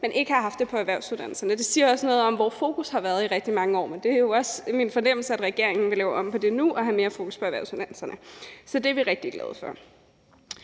man ikke har haft det på erhvervsuddannelserne. Det siger også noget om, hvor fokus har været i rigtig mange år, men det er jo også min fornemmelse, at regeringen vil lave om på det nu, og at man vil have mere fokus på erhvervsuddannelserne. Så det er vi rigtig glade for.